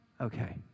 Okay